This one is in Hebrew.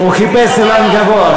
הוא חיפש אילן גבוה,